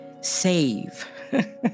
save